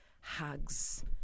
hugs